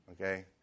okay